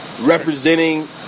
representing